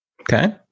Okay